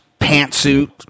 pantsuit